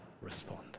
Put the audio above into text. respond